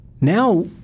Now